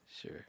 Sure